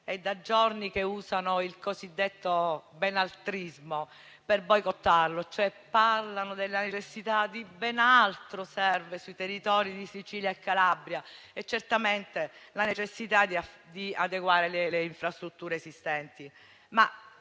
da giorni usano il cosiddetto benaltrismo per boicottarlo, cioè parlano della necessità di ben altro sui territori di Sicilia e Calabria, a partire certamente dalla necessità di adeguare le infrastrutture esistenti. Ma